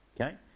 Okay